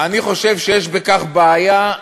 אני חושב שיש בכך בעיה,